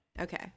Okay